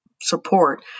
support